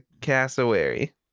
cassowary